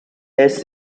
has